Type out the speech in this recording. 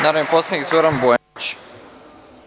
Narodni poslanik Zoran Bojanić.